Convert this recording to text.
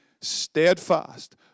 steadfast